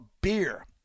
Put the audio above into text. beer